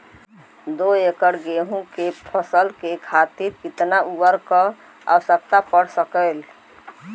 दो एकड़ गेहूँ के फसल के खातीर कितना उर्वरक क आवश्यकता पड़ सकेल?